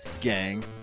gang